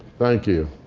thank you.